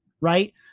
right